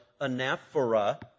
anaphora